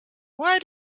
why